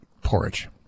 Porridge